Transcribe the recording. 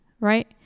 right